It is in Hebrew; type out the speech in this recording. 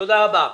תודה רבה.